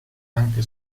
anche